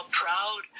proud